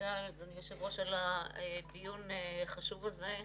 אדוני היושב-ראש, על הדיון החשוב הזה.